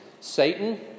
Satan